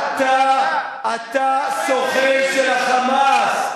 אתה סוכן של ה"חמאס".